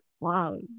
Wow